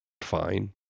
fine